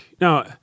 Now